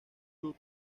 club